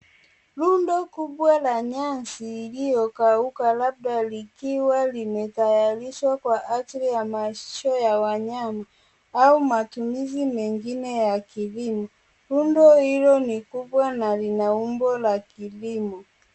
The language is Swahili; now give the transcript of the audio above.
Rundo kubwa la nyasi iliyokauka labda likiwa limetayarishwa kwa ajiri ya malisho ya wanyama au matumizi mengine ya kilimo. Rundo hilo ni kubwa na lina umbo la kilimo.